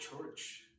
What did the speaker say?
church